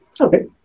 Okay